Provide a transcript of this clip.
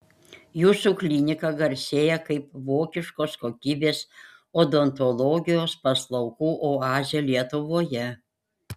jūsų klinika garsėja kaip vokiškos kokybės odontologijos paslaugų oazė lietuvoje